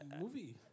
movie